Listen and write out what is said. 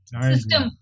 system